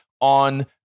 on